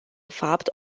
fapt